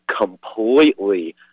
completely